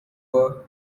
war